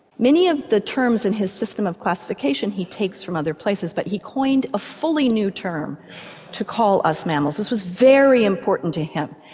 many of the terms in his system of classification he takes from other places but he coined a fully new term to call us mammals, this was very important to him.